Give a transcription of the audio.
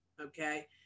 Okay